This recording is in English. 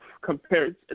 compared